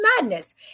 madness